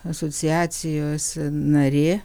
asociacijos narė